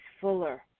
fuller